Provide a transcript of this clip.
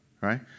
right